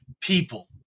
people